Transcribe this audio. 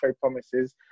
promises